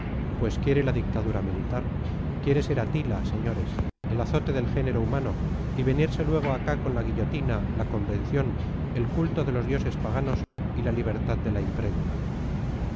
pues quiere la dictadura militar quiere ser atila señores el azote del género humano y venirse luego acá con la guillotina la convención el culto de los dioses paganos y la libertad de la imprenta